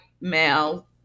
male